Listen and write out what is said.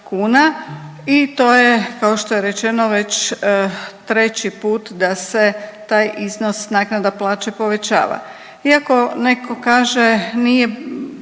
kuna i to je kao što je rečeno već treći put da se taj iznos naknada plaće povećava. Iako neko kaže nije